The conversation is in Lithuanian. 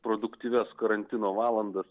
produktyvias karantino valandas